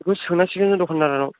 बेखौ सोंनांसिगोनसो दखानदारानाव